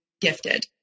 gifted